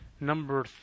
Number